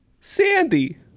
Sandy